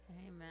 amen